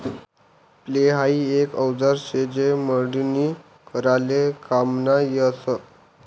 flail हाई एक औजार शे जे मळणी कराले काममा यस